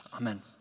Amen